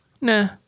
nah